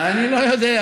אני לא יודע.